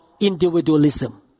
individualism